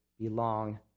belong